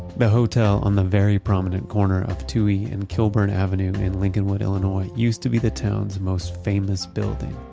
the hotel on the very prominent corner of touhy and kilbourn avenues in lincolnwood, illinois used to be the town's most famous building.